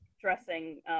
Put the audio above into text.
dressing